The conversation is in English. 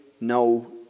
no